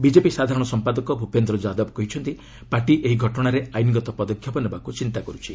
BJP ସାଧାରଣ ସଂପାଦକ ଭୂପେନ୍ଦ୍ର ଯାଦବ କହିଛନ୍ତି ପାର୍ଟି ଏହି ଘଟଣାରେ ଆଇନଗତ ପଦକ୍ଷେପ ନେବାକୁ ଚିନ୍ତା କରୁଛି